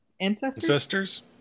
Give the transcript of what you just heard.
ancestors